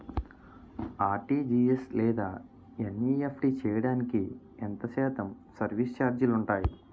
RTGS లేదా NEFT చేయడానికి ఎంత శాతం సర్విస్ ఛార్జీలు ఉంటాయి?